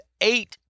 eight